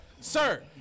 Sir